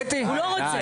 הוא לא רוצה.